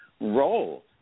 role